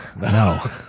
No